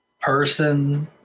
person